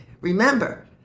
remember